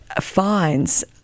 fines